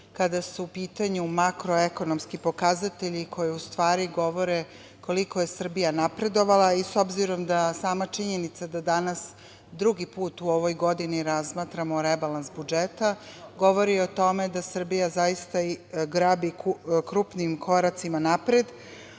kada su u pitanju makro ekonomski pokazatelji koji u stvari govore koliko je Srbija napredovala.S obzirom da sama činjenica da danas drugi put u ovoj godini razmatramo rebalans budžeta govori o tome da Srbija zaista grabi krupnim koracima napred,